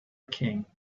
king